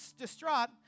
distraught